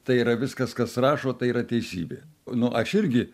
tai yra viskas kas rašo tai yra teisybė nu aš irgi